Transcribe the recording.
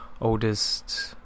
oldest